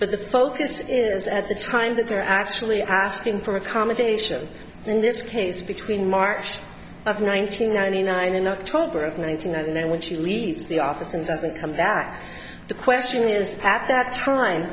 but the focus is at the time that they're actually asking for accommodation in this case between march of ninety nine nine in october of ninety nine and then when she leaves the office and doesn't come back the question is at that time